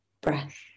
breath